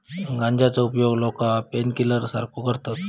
गांजाचो उपयोग लोका पेनकिलर सारखो करतत